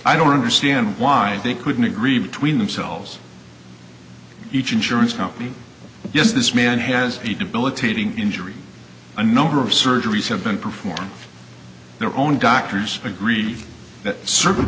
i don't understand why they couldn't agree between themselves each insurance company yes this man has a debilitating injury a number of surgeries have been performed their own doctors agree that certain